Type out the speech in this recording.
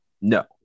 no